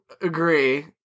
agree